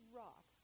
rock